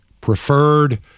preferred